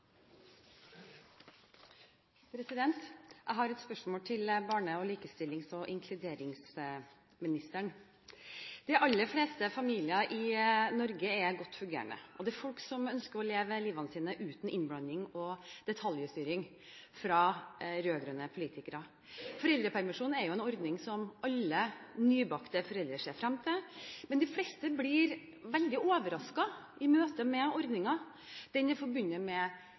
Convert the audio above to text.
Jeg har et spørsmål til barne-, likestillings- og inkluderingsministeren. De aller fleste familier i Norge er godt fungerende, og det er folk som ønsker å leve livet sitt uten innblanding og detaljstyring fra rød-grønne politikere. Foreldrepermisjonen er en ordning som alle nybakte foreldre ser frem til, men de fleste blir veldig overrasket i møte med den. Den er forbundet med